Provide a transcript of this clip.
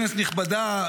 כנסת נכבדה,